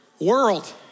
world